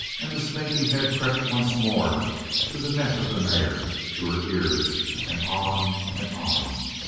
and the snaky head crept once more to the neck of the mare, to her ears, and on and on.